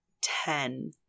ten